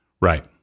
right